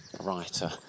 writer